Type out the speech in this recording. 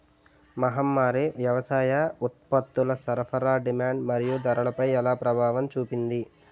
మహమ్మారి వ్యవసాయ ఉత్పత్తుల సరఫరా డిమాండ్ మరియు ధరలపై ఎలా ప్రభావం చూపింది?